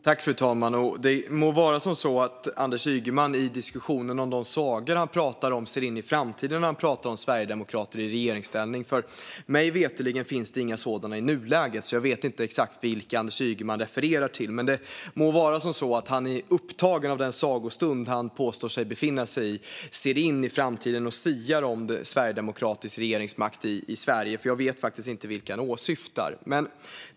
Fru talman! Det må vara så att Anders Ygeman i diskussionen om de sagor han pratar om ser in i framtiden när han pratar om sverigedemokrater i regeringsställning; mig veterligt finns det inga sådana i nuläget. Jag vet alltså inte exakt vilka Anders Ygeman refererar till. Det må vara så att han är upptagen av den sagostund han påstår sig befinna sig i och ser in i framtiden och siar om sverigedemokratisk regeringsmakt i Sverige. Annars vet jag faktiskt inte vilka han åsyftar.